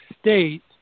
State